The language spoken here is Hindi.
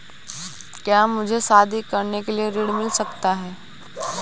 क्या मुझे शादी करने के लिए ऋण मिल सकता है?